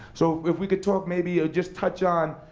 so if we could talk maybe, or just touch on,